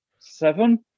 Seven